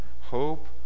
hope